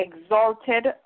exalted